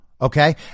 Okay